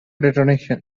detonation